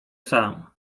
sam